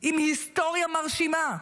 עם היסטוריה מרשימה.